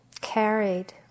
carried